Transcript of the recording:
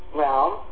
realm